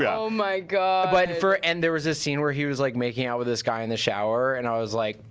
yeah oh my god. but and there was a scene where he was like making out with this guy in the shower, and i was like,